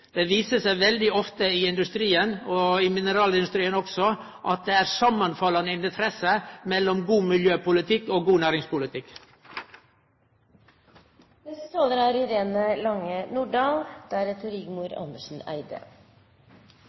Det viser seg veldig ofte i industrien, og i mineralindustrien også, at det er samanfallande interesser mellom god miljøpolitikk og god næringspolitikk. Bergverksnæringen er